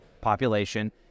population